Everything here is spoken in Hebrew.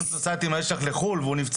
גם אם את נוסעת עם הילד שלך לחוץ לארץ והוא נפצע,